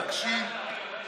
אבל אנחנו מבקשים דבר אחד,